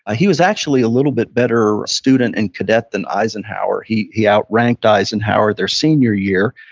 he was actually a little bit better student and cadet than eisenhower he he outranked eisenhower their senior year.